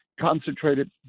concentrated